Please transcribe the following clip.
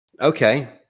Okay